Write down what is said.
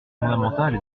fondamentale